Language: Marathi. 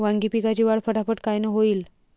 वांगी पिकाची वाढ फटाफट कायनं होईल?